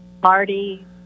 party